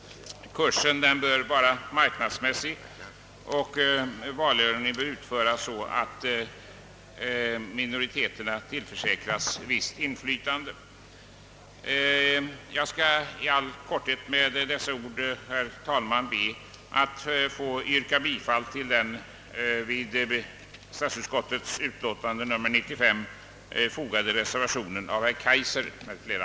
Kursen bör vara marknadsmässig och valordningen utformas så, att minoriteterna tillförsäkras visst inflytande. Med dessa ord i all korthet ber jag, herr talman, att få yrka bifall till den vid utskottets utlåtande fogade reservationen av herr Kaijser m.fl.